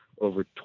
over